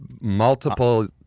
Multiple